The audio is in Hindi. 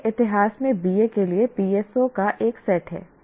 यह इतिहास में BA के लिए PSO का एक सेट है